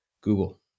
Google